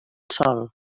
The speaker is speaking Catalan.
sol